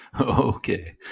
Okay